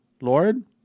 Lord